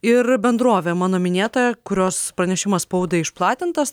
ir bendrovė mano minėta kurios pranešimas spaudai išplatintas